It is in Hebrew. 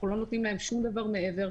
אנחנו לא נותנים להם שום דבר מעבר.